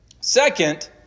Second